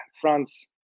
france